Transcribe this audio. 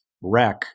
wreck